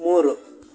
ಮೂರು